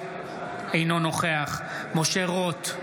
אינו נוכח משה רוט,